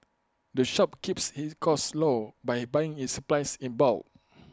the shop keeps its costs low by buying its supplies in bulk